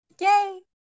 Yay